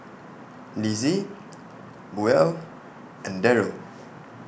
Lissie Buel and Darell